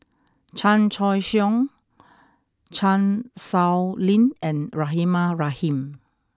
Chan Choy Siong Chan Sow Lin and Rahimah Rahim